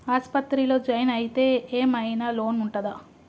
ఆస్పత్రి లో జాయిన్ అయితే ఏం ఐనా లోన్ ఉంటదా?